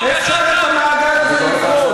אפשר את המעגל הזה לפרוץ,